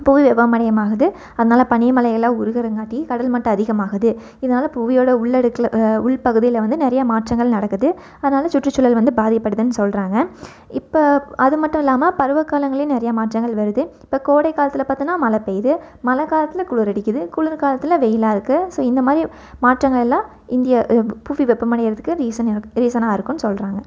புவி வெப்பமயமாகுது அதனால் பனி மலையெல்லாம் உருகிறங்காட்டி கடல் மட்டம் அதிகமாகுது இதனால் புவியோட உள்ளடுக்கில் உள் பகுதியில் வந்து நிறையா மாற்றங்கள் நடக்குது அதனால் சுற்றுச்சூழல் வந்து பாதிப்படையுதுன்னு சொல்கிறாங்க இப்போ அது மட்டும் இல்லாமல் பருவ காலங்கள்லேயே நிறையா மாற்றங்கள் வருது இப்போ கோடைக்காலத்தில் பாத்தோம்னா மழை பெய்து மழை காலத்தில் குளிர் அடிக்குது குளிர் காலத்தில் வெயிலாக இருக்கு ஸோ இந்த மாதிரி மாற்றங்கள் எல்லாம் இந்திய புவி வெப்பமடைகிறதுக்கு ரீசன் இருக்கு ரீசனாக இருக்கும்னு சொல்கிறாங்க